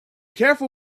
careful